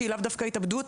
שהיא לאו דווקא התאבדות,